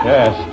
Yes